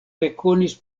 rekonis